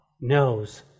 knows